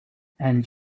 and